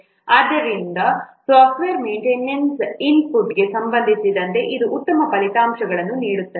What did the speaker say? ಆದ್ದರಿಂದ software maintenance ಇನ್ಪುಟ್ಗೆ ಸಂಬಂಧಿಸಿದಂತೆ ಇದು ಉತ್ತಮ ಫಲಿತಾಂಶಗಳನ್ನು ನೀಡುತ್ತದೆ